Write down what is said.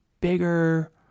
bigger